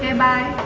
and my